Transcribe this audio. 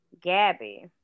Gabby